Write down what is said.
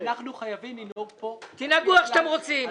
אנחנו חייבים לנהוג פה -- תנהגו איך שאתם רוצים,